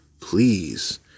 Please